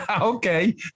okay